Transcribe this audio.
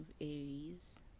Aries